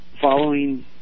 following